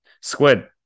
Squid